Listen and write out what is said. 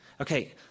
Okay